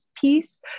piece